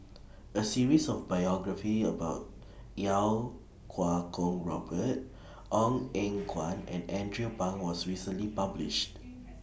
A series of biographies about Iau Kuo Kwong Robert Ong Eng Guan and Andrew Phang was recently published